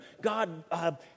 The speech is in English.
God